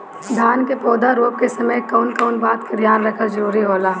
धान के पौधा रोप के समय कउन कउन बात के ध्यान रखल जरूरी होला?